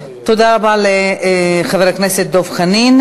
תודה רבה לחבר הכנסת דב חנין.